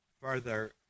further